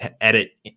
edit